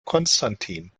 konstantin